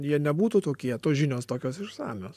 jie nebūtų tokie tos žinios tokios išsamios